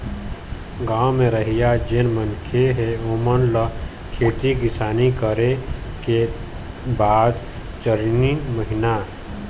गाँव म रहइया जेन मनखे हे ओेमन ल खेती किसानी करे के बाद चारिन महिना